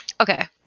Okay